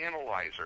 analyzer